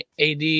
AD